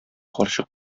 карчык